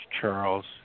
Charles